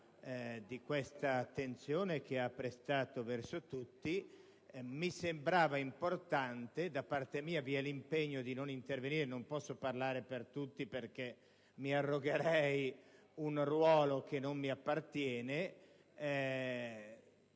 di questa attenzione prestata verso tutti. Da parte mia vi è l'impegno a non intervenire, ma non posso parlare per tutti perché mi arrogherei un ruolo che non mi appartiene.